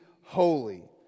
holy